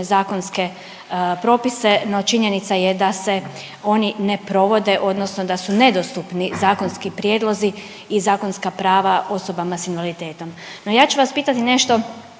zakonske propise. No činjenica je da se oni ne provode odnosno da su nedostupni zakonski prijedlozi i zakonska prava osobama s invaliditetom. No ja ću vas pitati nešto